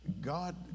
God